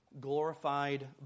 glorified